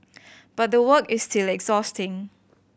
but the work is still exhausting